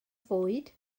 fwyd